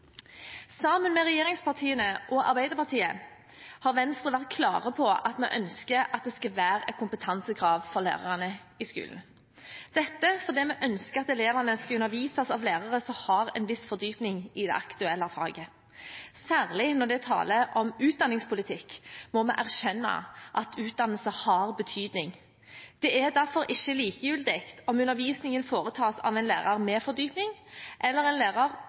Sammen med regjeringspartiene og Arbeiderpartiet har Venstre vært klare på at vi ønsker at det skal være et kompetansekrav for lærerne i skolen – dette fordi vi ønsker at elevene skal undervises av lærere som har en viss fordypning i det aktuelle faget. Særlig når det er tale om utdanningspolitikk, må vi erkjenne at utdannelse har betydning. Det er derfor ikke likegyldig om undervisningen foretas av en lærer med fordypning eller en lærer